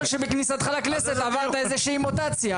יכול להיות שבכניסתך לכנסת עברת איזו שהיא מוטציה,